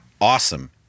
awesome